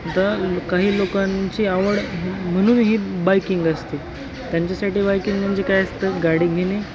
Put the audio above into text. आता काही लोकांची आवड म्हणून ही बायकिंग असते त्यांच्यासाठी बाईकिंग म्हणजे काय असतं गाडी घेणे